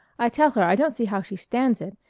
i tell her i don't see how she stands it.